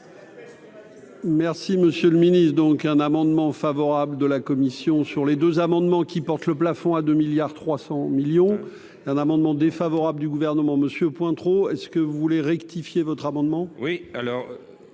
Merci, monsieur le Ministre, donc un amendement favorable de la commission sur les deux amendements qui porte le plafond à 2 milliards 300 millions d'un amendement défavorable du gouvernement Monsieur Pointereau est ce que vous voulez rectifier votre amendement.